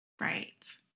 Right